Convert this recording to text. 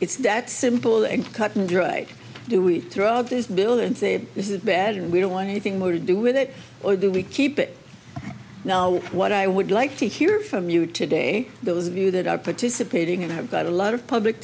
it's that simple and cut and dry do we throw out this bill and say this is bad and we don't want anything more to do with it or do we keep it now what i would like to hear from you today those of you that are participating and have got a lot of public